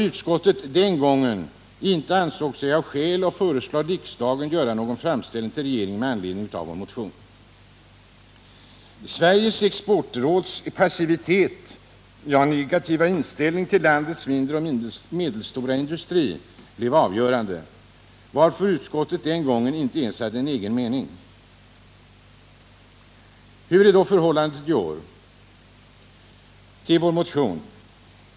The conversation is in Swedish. Utskottet anser sig inte ha skäl att föreslå riksdagen att göra någon framställning till regeringen med anledning av motionen.” Sveriges exportråds passivitet, ja, negativa inställning till landets mindre och medelstora industri blev avgörande, varför utskottet den gången inte hade någon egen mening. Hur är då förhållandet i år till vår motion?